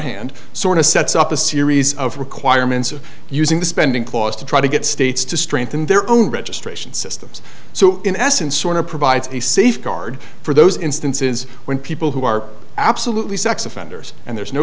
hand sort of sets up a series of requirements of using the spending clause to try to get states to strengthen their own registration systems so in essence sort of provides a safeguard for those instances when people who are absolutely sex offenders and there's no